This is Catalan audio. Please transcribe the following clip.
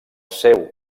seu